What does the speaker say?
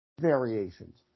variations